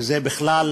שזה בכלל